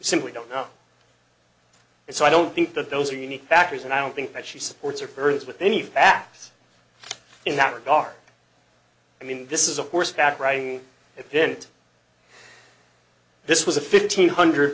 simply don't know and so i don't think that those are unique factors and i don't think that she supports or earth with any facts in that regard i mean this is a horseback riding if it this was a fifteen hundred